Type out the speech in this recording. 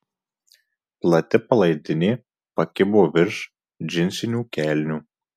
plati palaidinė pakibo virš džinsinių kelnių